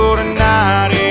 tonight